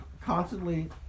constantly